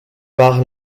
par